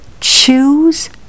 Choose